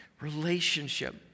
relationship